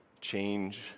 change